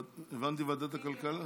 הבנתי שוועדת הכלכלה.